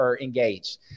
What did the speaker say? engaged